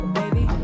baby